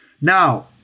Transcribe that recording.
Now